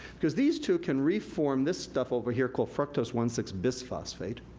cause these to can reform this stuff over here called fructose one six bisphosphatase,